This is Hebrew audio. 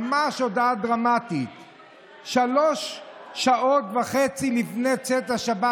ממש הודעה דרמטית, שלוש שעות וחצי לפני צאת השבת.